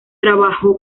trabajó